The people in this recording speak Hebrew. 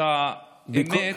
את האמת,